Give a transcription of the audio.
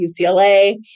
UCLA